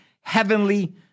heavenly